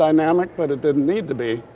aerodynamic, but it didn't need to be.